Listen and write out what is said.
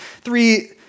three